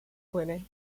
clooney